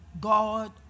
God